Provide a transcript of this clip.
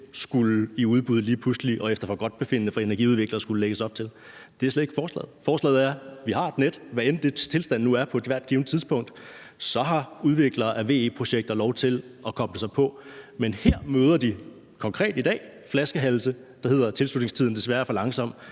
skulle i udbud, og at der efter energiudvikleres forgodtbefindende skulle lægges op til det. Det er jo slet ikke forslaget. Forslaget er, at vi har et net, og hvad end dets tilstand er på et givet tidspunkt, har udviklere af VE-projekter lov til at koble sig på. Men her møder de i dag konkret flaskehalse, der hedder, at tilslutningstiden desværre er for lang,